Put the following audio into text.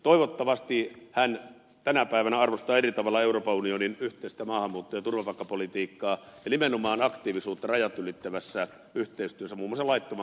toivottavasti hän tänä päivänä arvostaa eri tavalla euroopan unionin yhteistä maahanmuutto ja turvapaikkapolitiikkaa ja nimenomaan aktiivisuutta rajat ylittävässä yhteistyössä muun muassa laittoman maahanmuuton torjunnassa